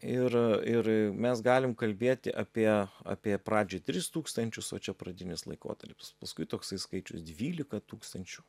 ir ir mes galim kalbėti apie apie pradžioj tris tūkstančius va čia pradinis laikotarpis paskui toksai skaičius dvylika tūkstančių